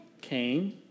came